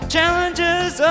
Challenges